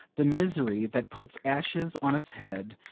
the misery that puts ashes on its head,